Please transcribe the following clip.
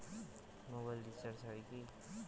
Mobile recharge হয় কি?